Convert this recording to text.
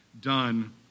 done